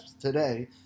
today